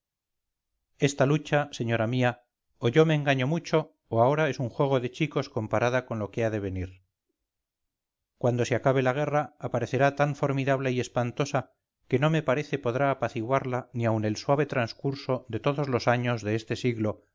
esta lucha señora mía o yo meengaño mucho o ahora es un juego de chicos comparada con lo que ha de venir cuando se acabe la guerra aparecerá tan formidable y espantosa que no me parece podrá apaciguarla ni aun el suave transcurso de todos los años de este siglo